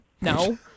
no